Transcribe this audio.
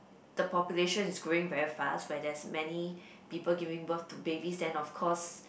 the population is growing very fast where there's many people giving birth to babies then of course